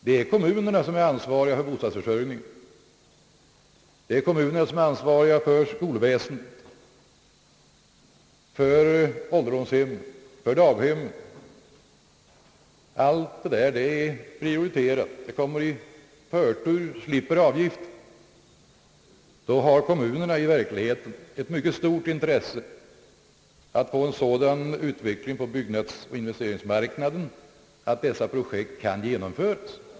Det är kommunerna som har ansvaret för bostadsförsörjningen, skolväsendet, ålderdomshemmen, daghemmen 0. s. Vv. Allt detta är prioriterat, kommer i förtur, slipper avgiften. I verkligheten har kommunera därför ett mycket stort intresse av en sådan utveckling på byggnadsoch investeringsmarknaden att dessa projekt kan genomföras.